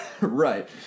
right